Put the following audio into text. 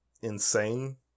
insane